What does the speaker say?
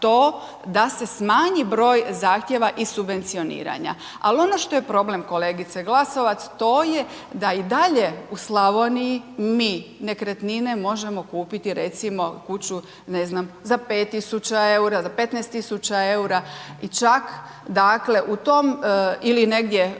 to da se smanji broj zahtjeva i subvencioniranja. Ali ono što je problem kolegice Glasovac to je da i dalje u Slavoniji mi nekretnine možemo kupiti recimo kuću ne znam za 5.000 EUR-a, za 15.000 EUR-a i čak dakle u tom ili negdje,